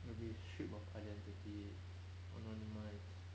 you will be strip of identity anonymise